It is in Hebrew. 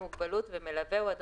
למה לא